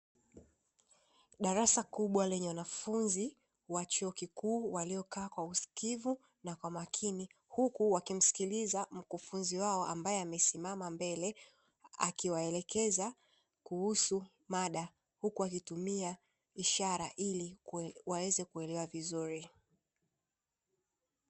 Darasa kubwa lenye wanafunzi wa chuo kikuu waliokaa kwa usikivu na kwa makini, huku wakimsikiliza mkufunzi wao ambaye amesimama mbele akiwaelekeza kuhusu mada, huku akitumia ishara ili waweze kuelewa vizuri.